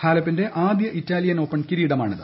ഹാലെപ്പിന്റെ ആദ്യ Italian Open കിരീടമാണിത്